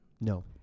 No